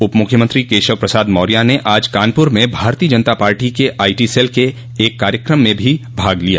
उप मुख्यमंत्री केशव प्रसाद मौर्य ने आज कानपुर में भारतीय जनता पार्टी के आईटी सेल के एक कार्यकम में भी भाग लिया